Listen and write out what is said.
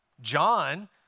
John